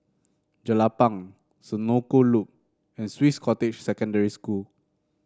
Jelapang Senoko Loop and Swiss Cottage Secondary School